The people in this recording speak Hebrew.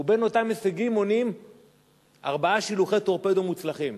ובין אותם הישגים מונים ארבעה שילוחי טורפדו מוצלחים,